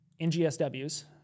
NGSWs